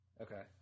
Okay